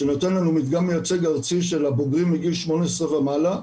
שנותן לנו מדגם מייצג ארצי של הבוגרים מגיל 18 ומעלה,